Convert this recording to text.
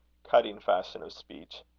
cutting fashion of speech